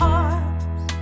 arms